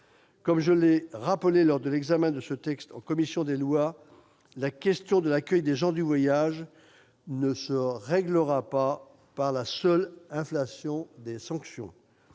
Comme je l'ai rappelé lors de l'examen de ce texte en commission des lois, la question de l'accueil des gens du voyage ne se réglera pas par la seule inflation des sanctions.